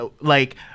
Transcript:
like-